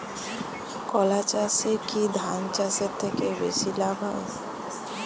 কলা চাষে কী ধান চাষের থেকে বেশী লাভ হয়?